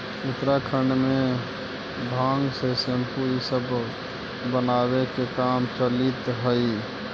उत्तराखण्ड में भाँग से सेम्पू इ सब बनावे के काम चलित हई